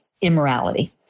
immorality